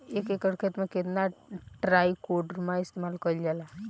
एक एकड़ खेत में कितना ट्राइकोडर्मा इस्तेमाल कईल जाला?